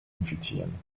infizieren